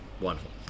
Wonderful